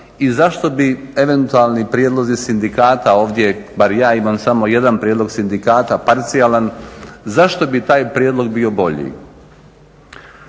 i zašto bi eventualni prijedlozi sindikata ovdje, bar ja imam samo jedan prijedlog sindikata parcijalan zašto bi taj prijedlog bio bolji.